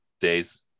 days